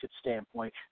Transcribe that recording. standpoint